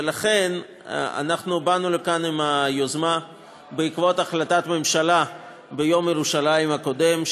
ולכן באנו לכאן עם היוזמה בעקבות החלטת ממשלה ביום ירושלים הקודם,